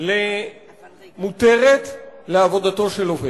מותרת לעבודתו של עובד.